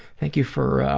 thank you for